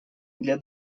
для